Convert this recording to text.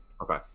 okay